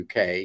uk